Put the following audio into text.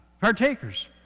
partakers